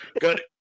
good